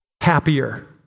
happier